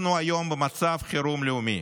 אנחנו היום במצב חירום לאומי.